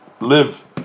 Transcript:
live